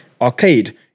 arcade